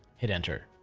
hit enter.